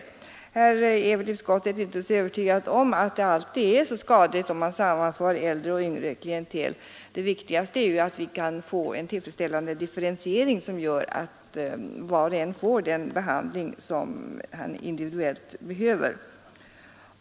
Här är utskottet inte övertygat om att det alltid är så skadligt att sammanföra äldre och yngre klientel; det viktigaste är ju att vi kan få en tillfredsställande differentiering som gör att var och en får den behandling som han individuellt behöver.